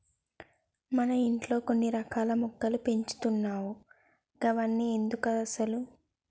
మన ఇంట్లో కొన్ని రకాల మొక్కలు పెంచుతున్నావ్ గవన్ని ఎందుకసలు